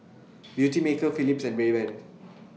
Beautymaker Philips and Rayban